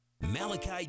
Malachi